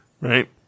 right